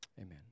Amen